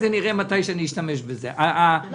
אחד